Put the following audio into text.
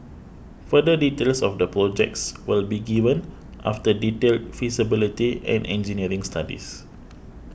further details of the projects will be given after detailed feasibility and engineering studies